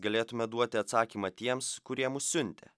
galėtume duoti atsakymą tiems kurie mus siuntė